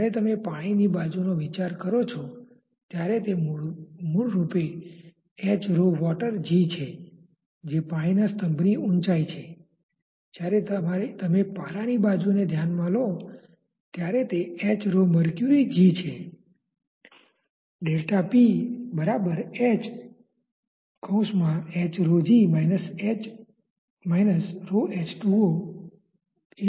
જ્યારે તમે પાણીની બાજુનો વિચાર કરો છો ત્યારે તે મૂળરૂપે છે જે પાણીના સ્તંભની ઉંચાઇ છે જ્યારે તમે પારાની બાજુને ધ્યાનમાં લો ત્યારે તે છે